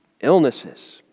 illnesses